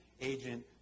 agent